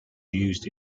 used